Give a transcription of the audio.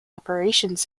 operations